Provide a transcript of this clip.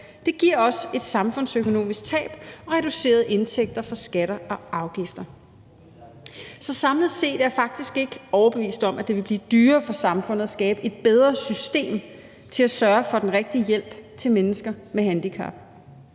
selv, giver også et samfundsøkonomisk tab og reducerede indtægter fra skatter og afgifter. Så samlet set er jeg faktisk ikke overbevist om, at det vil blive dyrere for samfundet at skabe et bedre system til at sørge for den rigtige hjælp til mennesker med handicap.